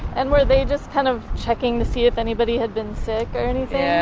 and were they just kind of checking to see if anybody had been sick or anything? yeah,